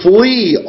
Flee